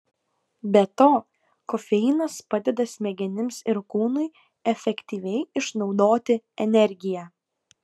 be to kofeinas padeda smegenims ir kūnui efektyviai išnaudoti energiją